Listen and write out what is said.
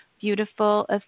beautiful